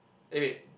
eh wait